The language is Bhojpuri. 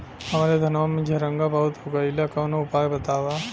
हमरे धनवा में झंरगा बहुत हो गईलह कवनो उपाय बतावा?